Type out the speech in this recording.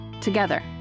together